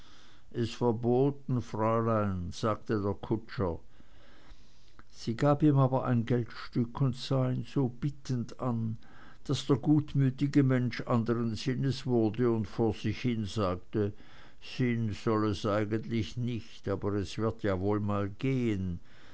is verboten fräulein sagte der kutscher sie gab ihm aber ein geldstück und sah ihn so bittend an daß der gutmutige mensch anderen sinnes wurde und vor sich hin sagte sind soll es eigentlich nich aber es wird ja woll mal gehen